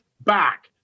back